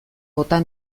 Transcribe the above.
bota